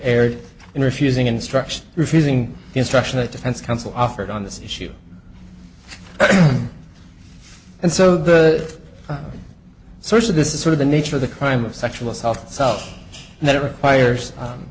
in refusing instruction refusing instruction a defense counsel offered on this issue and so the source of this is sort of the nature of the crime of sexual assault so that it requires